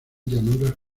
llanuras